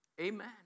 Amen